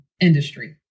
industry